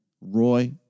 Roy